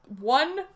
one